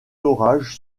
orage